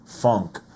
funk